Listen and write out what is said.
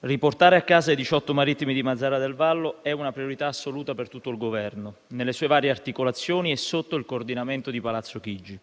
riportare a casa i 18 marittimi di Mazara del Vallo è una priorità assoluta per tutto il Governo nelle sue varie articolazioni e sotto il coordinamento di palazzo Chigi.